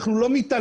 אנחנו לא מתעלמים,